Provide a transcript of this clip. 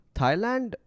Thailand